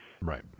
Right